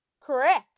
Correct